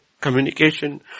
communication